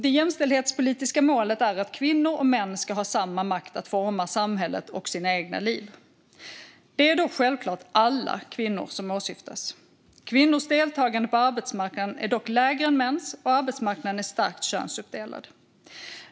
Det jämställdhetspolitiska målet är att kvinnor och män ska ha samma makt att forma samhället och sina egna liv. Det är då självklart alla kvinnor som åsyftas. Kvinnors deltagande på arbetsmarknaden är dock lägre än mäns, och arbetsmarknaden är starkt könsuppdelad.